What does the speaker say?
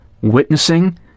witnessing